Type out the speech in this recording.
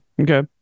Okay